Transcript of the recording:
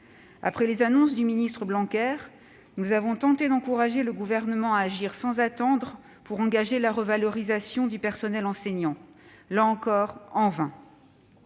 Après les annonces du ministre Blanquer, nous avons tenté d'encourager le Gouvernement à agir sans attendre pour engager la revalorisation du personnel enseignant, là encore en vain